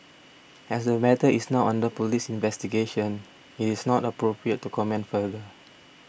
as the matter is now under police investigation it is not appropriate to comment further